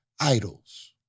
idols